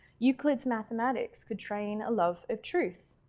euclid's mathematics could train a love of truth,